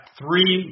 three